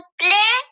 play